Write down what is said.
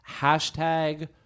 hashtag